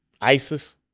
ISIS